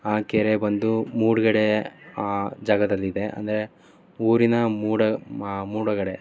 ಆ ಕೆರೆ ಬಂದು ಮೂಡುಗಡೆ ಆ ಜಾಗದಲ್ಲಿದೆ ಅಂದರೆ ಊರಿನ ಮೂಡ ಮೂಡುಗಡೆ